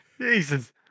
Jesus